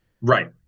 Right